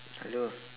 hello